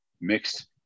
mixed